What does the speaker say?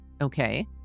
Okay